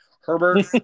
Herbert